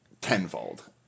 tenfold